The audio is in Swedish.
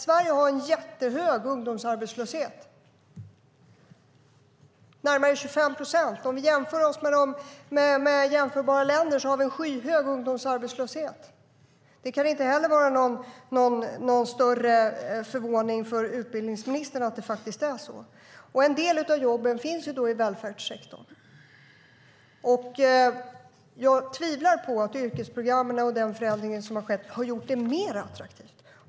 Sverige har en jättehög ungdomsarbetslöshet, närmare 25 procent. I förhållande till jämförbara länder har vi en skyhög ungdomsarbetslöshet. Det kan inte vara någon större överraskning för utbildningsministern att det är så. En del av jobben finns i välfärdssektorn. Jag tvivlar på att yrkesprogrammen och den förändring som skett har gjort den mer attraktiv.